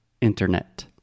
internet